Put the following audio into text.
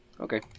Okay